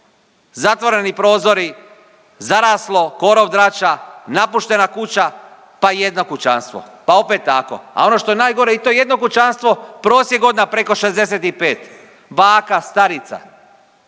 zatvoreni prozori, zaraslo, korov, drača, napuštena kuća, pa i jedno kućanstvo, pa opet tako, a ono što je najgore i to jedno kućanstvo, prosjek godina preko 65. Baka, starica,